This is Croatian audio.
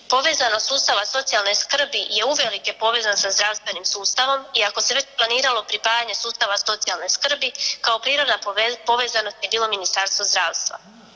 Povezanost sustava socijalne skrbi je uvelike povezan sa zdravstvenim sustavom i ako se već planiralo pripajanje sustava socijalne skrbi kao priroda povezanosti je bilo Ministarstvo zdravstva.